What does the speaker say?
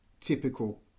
typical